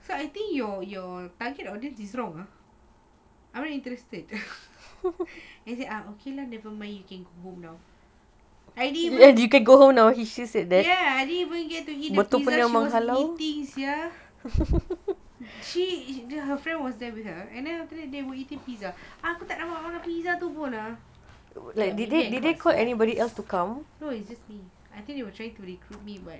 so I think your your target audience is wrong ah I'm not interested then she say okay lah nevermind you can go home now I didn't yes I didn't even get to eat the pizza she was eating sia she her friend was there with her and then after that they were eating pizza aku tak dapat makan pizza tu pun lah like maybe I could no it's just me I think they were trying to recruit me but